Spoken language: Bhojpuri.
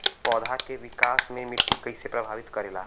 पौधा के विकास मे मिट्टी कइसे प्रभावित करेला?